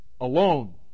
alone